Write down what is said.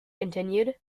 continued